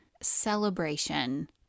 celebration